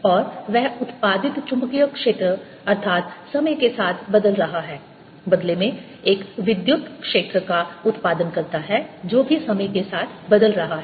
और वह उत्पादित चुंबकीय क्षेत्र अर्थात् समय के साथ बदल रहा है बदले में एक विद्युत क्षेत्र का उत्पादन करता है जो भी समय के साथ बदल रहा है